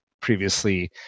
previously